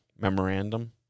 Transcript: Memorandum